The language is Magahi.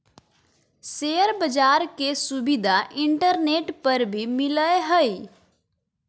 शेयर बाज़ार के सुविधा इंटरनेट पर भी मिलय हइ